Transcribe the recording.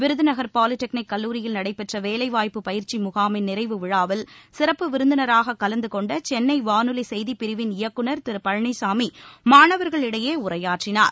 Virudhunagar polytechnic கல்லூரியில் நடைபெற்ற வேலைவாய்ப்பு பயிற்சி முகாமின் நிறைவு விழாவில் சிறப்பு விருந்தினராக கலந்துகொண்ட சென்னை வானொலி செய்தி பிரிவின் இயக்குநர் திரு பழனிசாமி மாணவர்களிடையே உரையாற்றினார்